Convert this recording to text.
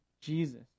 Jesus